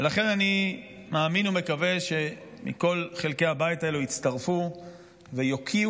ולכן אני מאמין ומקווה שמכל חלקי הבית הזה יצטרפו ויקיאו